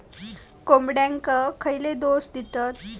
कोंबड्यांक खयले डोस दितत?